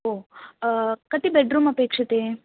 ओ कति बेड्रूम् अपेक्षते